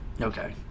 Okay